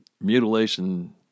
mutilation